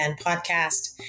podcast